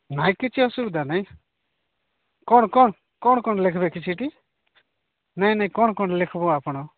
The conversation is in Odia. ନାଇଁ କିଛି ଅସୁବିଧା ନାଇଁ କ'ଣ କ'ଣ କ'ଣ କ'ଣ ଲେଖବେ କିଛିଟି ନାଇଁ ନାଇଁ କ'ଣ କ'ଣ ଲେଖବ ଆପଣ